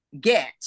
get